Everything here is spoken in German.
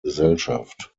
gesellschaft